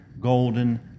golden